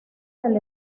del